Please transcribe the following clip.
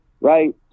right